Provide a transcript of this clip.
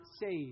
saved